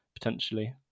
potentially